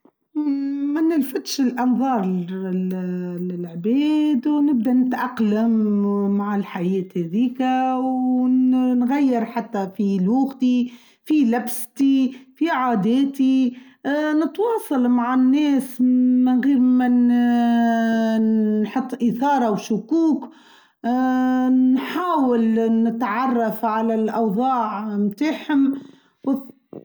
ما نلفتش الأنظار للعباد ونبدأ نتأقلم مع الحياة ذيكة ونغير حتى في لوغتي في لبستي في عاديتي نتواصل مع الناس من ااااااا غير ما نحط إثارة وشكوك اااااا نحاول نتعرف على الأوضاع متحم.